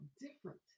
different